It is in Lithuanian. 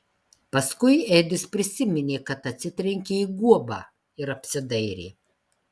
paskui edis prisiminė kad atsitrenkė į guobą ir apsidairė